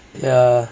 ya